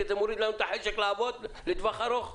כי זה מוריד לנו את החשק לעבוד לטווח ארוך.